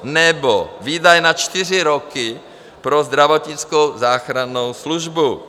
Nebo výdaje na čtyři roky pro zdravotnickou záchrannou službu.